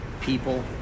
people